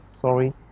Sorry